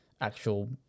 actual